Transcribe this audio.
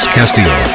Castillo